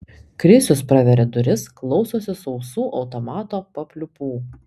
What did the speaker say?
krisius praveria duris klausosi sausų automato papliūpų